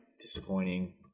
disappointing